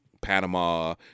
Panama